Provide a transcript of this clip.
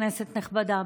כנסת נכבדה,